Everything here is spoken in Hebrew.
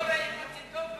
לא רואים אותי טוב?